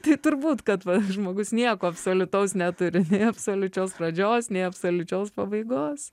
tai turbūt kad va žmogus nieko absoliutaus neturi nei absoliučios pradžios nei absoliučios pabaigos